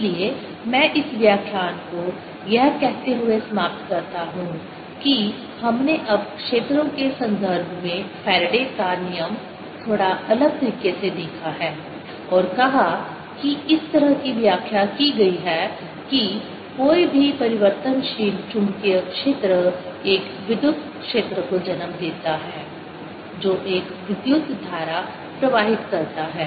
इसलिए मैं इस व्याख्यान को यह कहते हुए समाप्त करता हूं कि हमने अब क्षेत्रों के संदर्भ में फैराडे के नियम Faraday's law को थोड़ा अलग तरीके से देखा है और कहा कि इस तरह से व्याख्या की गई है कि कोई भी परिवर्तनशील चुंबकीय क्षेत्र एक विद्युत क्षेत्र को जन्म देता है जो एक विद्युत धारा प्रवाहित करता है